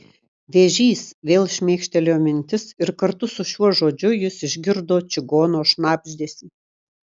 vėžys vėl šmėkštelėjo mintis ir kartu su šiuo žodžiu jis išgirdo čigono šnabždesį